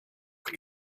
qui